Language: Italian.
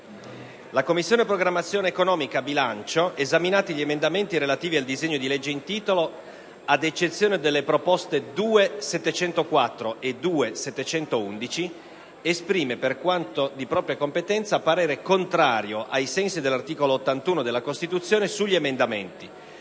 «La Commissione programmazione economica, bilancio, esaminati gli emendamenti relativi al disegno di legge in titolo, ad eccezione delle proposte 2.704 e 2.711, esprime, per quanto di propria competenza, parere contrario, ai sensi dell'articolo 81 della Costituzione, sugli emendamenti